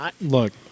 look